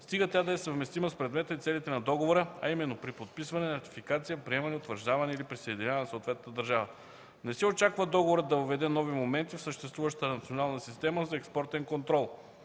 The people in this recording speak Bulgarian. стига тя да е съвместима с предмета и целите на договора, а именно: при подписване, ратификация, приемане, утвърждаване или присъединяване на съответната държава. Не се очаква договорът да въведе нови моменти в съществуващата национална система за експортен контрол.